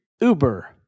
Uber